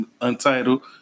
Untitled